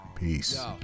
Peace